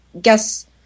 guess